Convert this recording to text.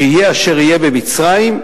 שיהיה אשר יהיה במצרים,